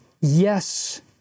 yes